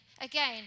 Again